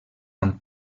amb